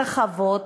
רחבות,